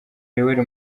yoweri